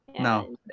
No